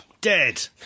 Dead